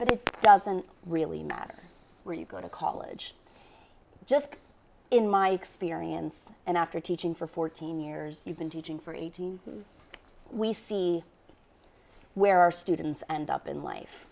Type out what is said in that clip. but it doesn't really matter where you go to college just in my experience and after teaching for fourteen years you've been teaching for eighteen we see where our students end up in life